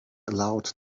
allowed